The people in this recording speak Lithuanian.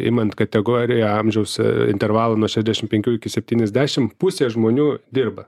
imant kategoriją amžiaus intervalą nuo šešiasdešim penkių iki septyniasdešim pusė žmonių dirba